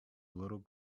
little